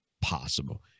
possible